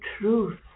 truth